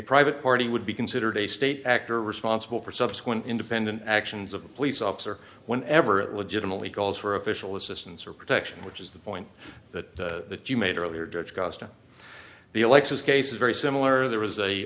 private party would be considered a state actor responsible for subsequent independent actions of a police officer whenever it legitimately calls for official assistance or protection which is the point that you made earlier judge costa the alexis case is very similar there was a